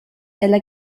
ella